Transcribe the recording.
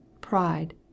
pride